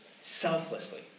selflessly